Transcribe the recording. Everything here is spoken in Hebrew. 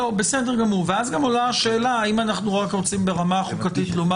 אז גם עולה השאלה האם אנחנו רק רוצים ברמה החוקתית לומר